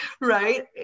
Right